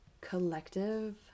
collective